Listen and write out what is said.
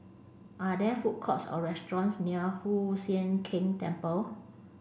are there food courts or restaurants near Hoon Sian Keng Temple